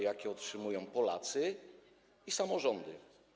jakie otrzymują Polacy i samorządy.